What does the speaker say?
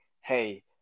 hey